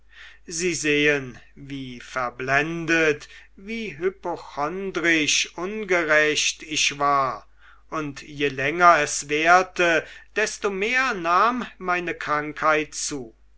sie sehen wie verblendet wie hypochondrisch ungerecht ich war und je länger es währte desto mehr nahm meine krankheit zu